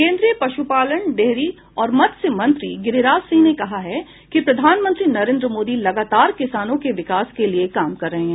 केन्द्रीय पश्पालन डेयरी और मत्स्य मंत्री गिरिराज सिंह ने कहा है कि प्रधानमंत्री नरेन्द्र मोदी लगातार किसानों के विकास के लिए काम कर रहे हैं